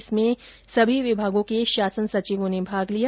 जिसमें सभी विभागों के शासन सचिवों ने भाग लिया